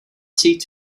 seek